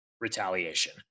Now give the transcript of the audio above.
retaliation